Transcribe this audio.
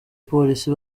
polisi